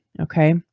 Okay